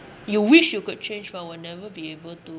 you wish you could change but will never be able to